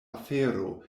afero